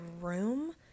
room